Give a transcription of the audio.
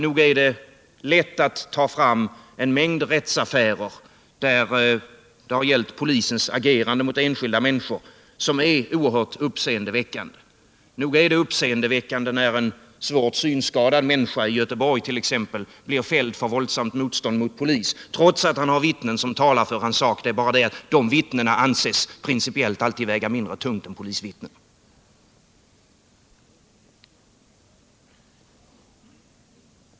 Nog är det lätt att ta fram en mängd rättsaffärer där det har gällt polisens agerande mot enskilda människor och som är oerhört uppseendeväckande. Nog är det uppseendeväckande när en svårt synskadad människa i Göteborg blir fälld för våldsamt motstånd mot polis, trots att han har vittnen som talar för hans sak. Det är bara det att de vittnenas utsagor anses principiellt alltid väga mindre tungt än polisvittnenas.